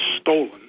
stolen